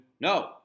No